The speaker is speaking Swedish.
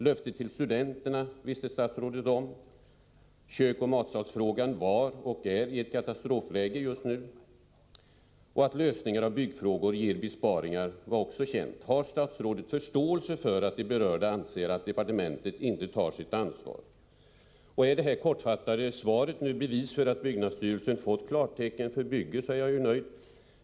Löftena till studenterna visste statsrådet också om. Köksoch matsalsfrågan var här i ett katastrofläge just nu. Det var också känt att lösningar av dessa byggfrågor ger besparingar. Har statsrådet förståelse för att de berörda anser att departementetet inte tar sitt ansvar? Är det här kortfattade svaret bevis för att byggnadsstyrelsen har fått klartecken för att bygga är jag nöjd.